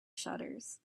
shutters